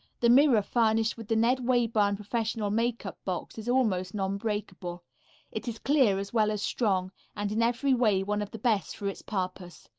the mirror furnished with the ned wayburn professional makeup box is almost non-breakable it is clear as well as strong, and in every way one of the best for its purpose.